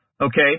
Okay